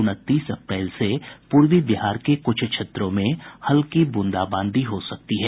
उनतीस अप्रैल से पूर्वी बिहार के कुछ क्षेत्रों में हल्की बूंदाबांदी हो सकती है